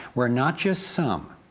where not just some,